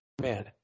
Man